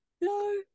No